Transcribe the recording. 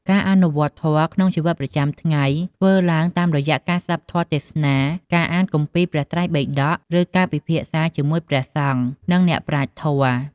ការអនុវត្តធម៌ក្នុងជីវិតប្រចាំថ្ងៃធ្វើឡើងតាមរយៈការស្ដាប់ធម៌ទេសនា ការអានគម្ពីរព្រះត្រៃបិដក ឬការពិភាក្សាជាមួយព្រះសង្ឃ និងអ្នកប្រាជ្ញធម៌។